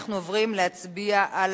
ואנחנו עוברים להצביע על